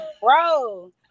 Bro